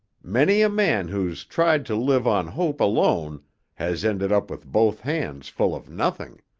many a man who's tried to live on hope alone has ended up with both hands full of nothing.